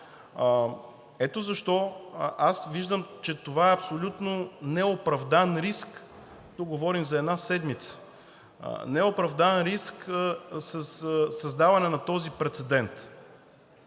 Ето защо аз виждам, че това е абсолютно неоправдан риск – тук говорим за една седмица, със създаване на този прецедент.